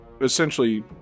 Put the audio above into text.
essentially